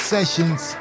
Sessions